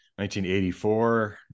1984